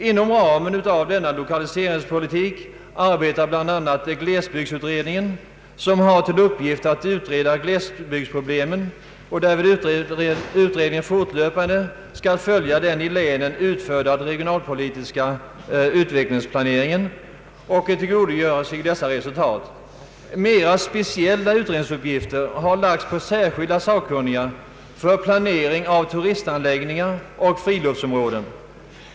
Inom ramen för denna lokaliseringspolitik arbetar bl.a. glesbygdsutredningen som har till uppgift att utreda glesbygdsproblemen, varvid utredningen fortlöpande skall följa den i länen utförda regionalpolitiska utvecklingsplaneringen och tillgodogöra sig dessa resultat. Mera speciella utredningsuppgifter har lagts på särskilda sakkunniga för planering av turistanläggningar och friluftsområden.